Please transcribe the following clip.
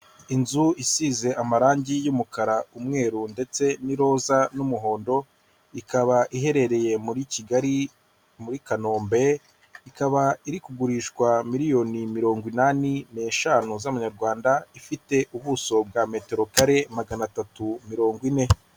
Inzu isize amarangi y'umukara umwe ndetse n'iroza n'umuhondo ikaba iherereye muri Kigali muri Kanombe ikaba iri kugurishwa miliyoni mirongo inani n'eshanu z'amanyarwanda ifite ubuso bwa metero kare magana atatu mirongo ine.